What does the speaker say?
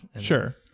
Sure